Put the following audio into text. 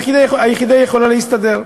שהיחידה יכולה להסתדר.